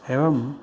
एवम्